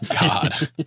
god